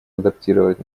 адаптировать